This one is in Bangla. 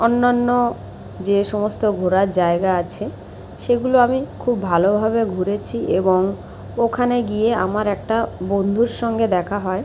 অন্যান্য যে সমস্ত ঘোরার জায়গা আছে সেগুলো আমি খুব ভালোভাবে ঘুরেছি এবং ওখানে গিয়ে আমার একটা বন্ধুর সঙ্গে দেখা হয়